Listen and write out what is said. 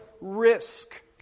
risk